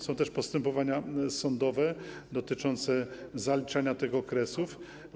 Są też postępowania sądowe dotyczące zaliczania tych okresów.